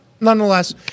nonetheless